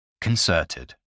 Concerted